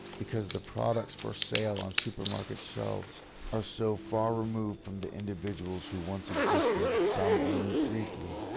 because the products for sale on supermarket shelves are so far removed from the individuals who once existed, some only briefly,